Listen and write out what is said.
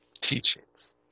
teachings